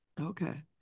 okay